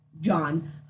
John